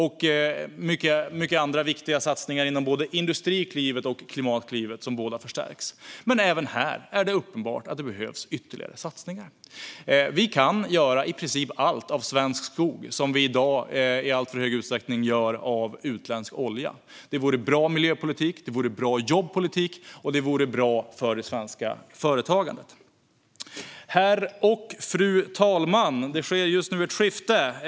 Vi ser många andra viktiga satsningar inom både Industriklivet och Klimatklivet, som båda förstärks. Men även här är det uppenbart att det behövs ytterligare satsningar. Vi kan göra i princip allt av svensk skog som vi i dag i alltför hög utsträckning gör av utländsk olja. Det vore bra miljöpolitik, det vore bra jobbpolitik och det vore bra för det svenska företagandet. Herr talman!